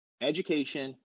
education